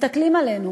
מסתכלים עלינו